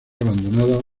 abandonada